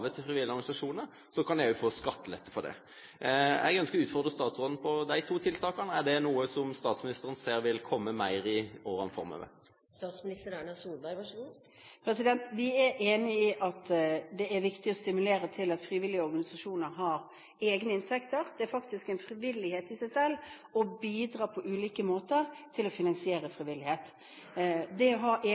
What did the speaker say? til frivillige organisasjoner, kan de også få skattelette for det. Jeg ønsker å utfordre statsråden på de to tiltakene. Er det noe som statsministeren ser det vil komme mer av i årene framover? Vi er enig i at det er viktig å stimulere til at frivillige organisasjoner har egne inntekter. Det er faktisk en frivillighet i seg selv å bidra på ulike måter til å finansiere frivillighet. Det å ha